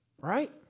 right